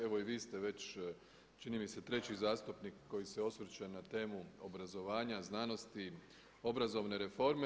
Evo i vi ste već čini mi se treći zastupnik koji se osvrće na temu obrazovanja, znanosti, obrazovne reforme.